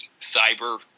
Cyber